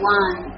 one